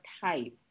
type